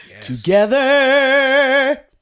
together